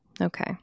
Okay